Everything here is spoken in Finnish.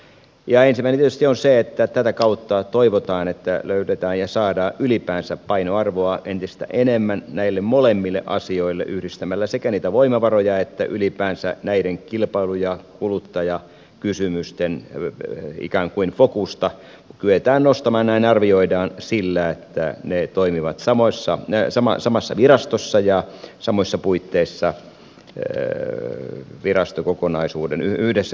ensimmäinen tietysti on se että tätä kautta toivotaan että löydetään ja saadaan ylipäänsä painoarvoa entistä enemmän näille molemmille asioille yhdistämällä sekä niitä voimavaroja että ylipäänsä näiden kilpailu ja kuluttajakysymysten ikään kuin fokusta että kyetään sitä nostamaan ja näin arvioidaan tapahtuvan sillä että ne toimivat samassa virastossa ja samoissa puitteissa yhdessä virastokokonaisuudessa